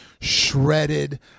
shredded